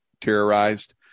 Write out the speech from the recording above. terrorized